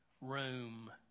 room